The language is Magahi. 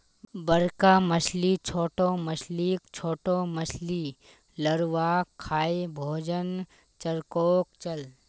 बड़का मछली छोटो मछलीक, छोटो मछली लार्वाक खाएं भोजन चक्रोक चलः